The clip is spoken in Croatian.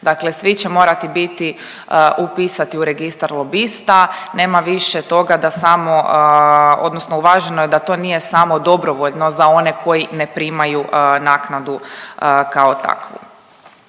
Dakle svi će morati biti upisati u registar lobista, nema više toga da samo odnosno uvaženo je da to nije samo dobrovoljno za one koji ne primaju naknadu kao takvu.